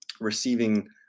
receiving